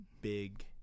big